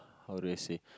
how do I say